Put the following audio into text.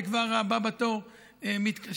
וכבר הבא בתור מתקשר.